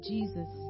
Jesus